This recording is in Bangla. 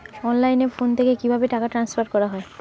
অনলাইনে ফোন থেকে কিভাবে টাকা ট্রান্সফার করা হয়?